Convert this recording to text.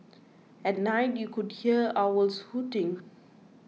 at night you could hear owls hooting